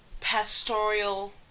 pastoral